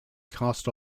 cast